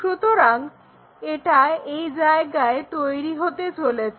সুতরাং এটা এই জায়গায় তৈরি হতে চলেছে